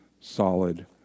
solid